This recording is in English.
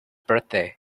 birthday